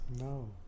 no